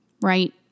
right